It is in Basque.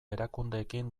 erakundeekin